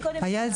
היה קודם שקף.